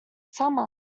summer